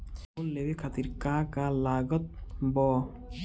Loan लेवे खातिर का का लागत ब?